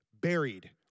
buried